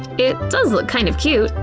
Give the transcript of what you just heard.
it does look kind of cute.